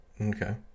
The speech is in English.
Okay